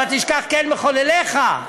"ותשכח אל מחוללך".